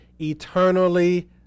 eternally